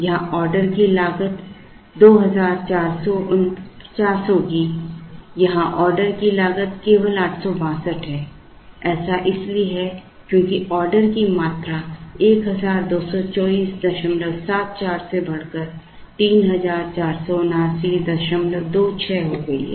यहां ऑर्डर की लागत 2449 होगी यहां ऑर्डर की लागत केवल 862 है ऐसा इसलिए है क्योंकि ऑर्डर की मात्रा 122474 से बढ़कर 347926 हो गई है